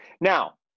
Now